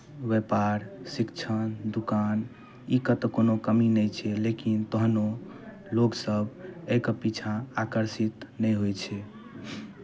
व्यापार शिक्षण दोकान एकर तऽ कोनो कमी नहि छै लेकिन तहनो लोकसभ एहिके पीछाँ आकर्षित नहि होइ छै